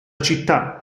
città